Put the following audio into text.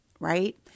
right